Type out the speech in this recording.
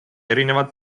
erinevad